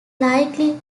likely